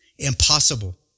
Impossible